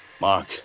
Mark